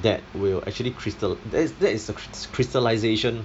that will actually crystal that that is crys~ crystallisation